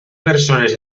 persones